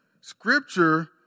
Scripture